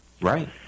Right